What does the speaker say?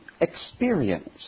experience